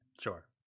sure